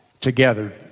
together